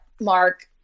Mark